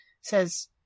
says